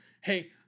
hey